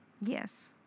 Yes